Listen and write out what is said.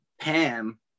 Pam